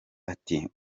ati